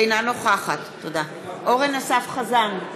אינה נוכחת אורן אסף חזן,